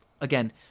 again